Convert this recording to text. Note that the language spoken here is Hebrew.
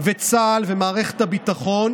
וצה"ל ומערכת הביטחון,